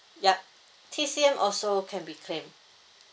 yup T_C_M also can be claimed